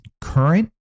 current